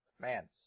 man